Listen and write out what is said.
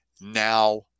Now